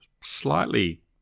slightly